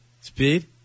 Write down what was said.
Speed